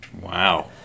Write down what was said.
Wow